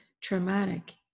traumatic